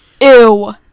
Ew